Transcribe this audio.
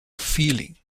feeling